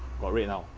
got red now